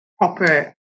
proper